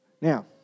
Now